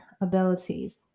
abilities